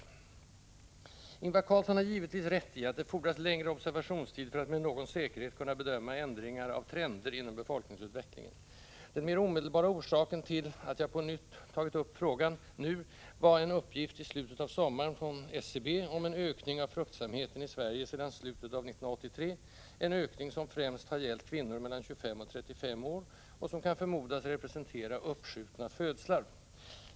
Ingvar Carlsson har givetvis rätt i att det fordras längre observationstid för att med någon säkerhet kunna bedöma ändringar av trender inom befolkningsutvecklingen. Den mera omedelbara orsaken till att jag på nytt tog upp frågan nu var en uppgift i slutet av sommaren från SCB om en ökning av fruktsamheten i Sverige sedan slutet av 1983, en ökning som främst har gällt kvinnor mellan 25 och 35 år och som kan förmodas representera ”uppskjutna födslar”.